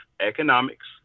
economics